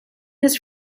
his